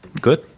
good